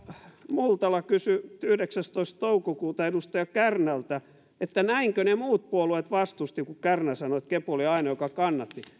multala kysyi yhdeksästoista toukokuuta edustaja kärnältä että näinkö ne muut puolueet vastustivat kun kärnä sanoi että kepu oli ainoa joka kannatti